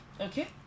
okay